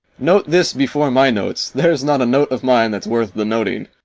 note this before my notes there's not a note of mine that's worth the noting.